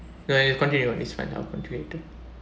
no you continue continue it's fine I'll continue later